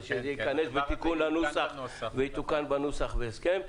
ושזה ייכנס בתיקון הנוסח ויתוקן בנוסח בהסכם.